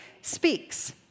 speaks